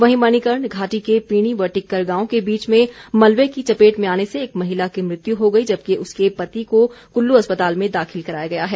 वहीं मणिकर्ण घाटी के पीणी व टिक्कर गांव के बीच में मलवे की चपेट में आने से एक महिला की मृत्यु हो गई है जबकि उसके पति को कुल्लू अस्पताल में दाखिल कराया गया है